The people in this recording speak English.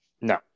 No